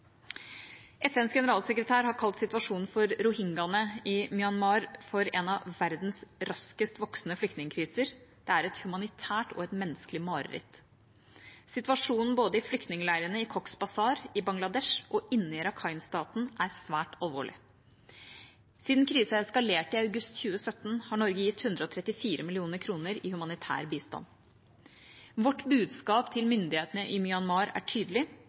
FNs generalsekretær har kalt situasjonen for rohingyaene i Myanmar for en av verdens raskest voksende flyktningkriser. Det er et humanitært og menneskelig mareritt. Situasjonen både i flyktningeleirene i Cox’s Bazar i Bangladesh og inne i Rakhine-staten er svært alvorlig. Siden krisen eskalerte i august 2017, har Norge gitt 134 mill. kr i humanitær bistand. Vårt budskap til myndighetene i Myanmar er tydelig